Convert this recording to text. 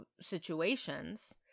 situations